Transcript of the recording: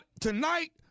tonight